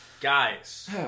guys